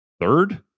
third